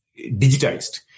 digitized